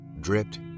dripped